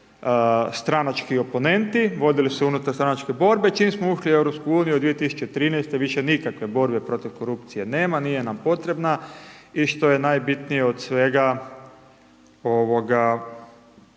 suzbijali stranački opomenuti, vodile su se unutarstranačke borbe. Čim smo ušli u EU, 2013. više nikakve borbe protiv korupcije nema, nije nam potreba i što je najbitnije od svega korupcija